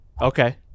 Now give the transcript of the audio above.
Okay